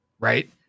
right